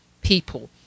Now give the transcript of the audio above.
people